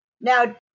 Now